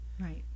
right